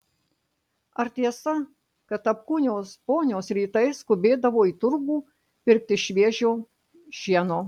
ar tiesa kad apkūnios ponios rytais skubėdavo į turgų pirkti šviežio šieno